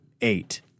eight